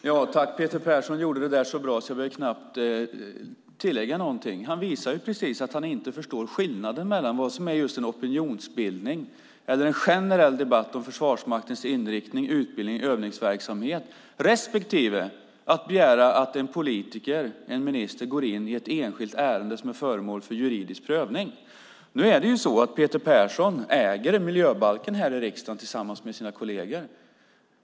Fru talman! Peter Persson gjorde det där så bra, så jag vill knappt tillägga någonting. Han visade precis att han inte förstår skillnaden mellan vad som är just en opinionsbildning och en generell debatt om Försvarsmaktens inriktning, utbildning och övningsverksamhet och att begära att en politiker och minister går in i ett enskilt ärende som är föremål för juridisk prövning. Peter Persson äger miljöbalken här i riksdagen tillsammans med sina kolleger.